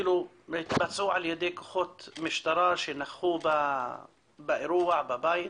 התבצעו על ידי כוחות משטרה שנכחו באירוע, בבית,